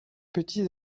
petits